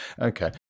Okay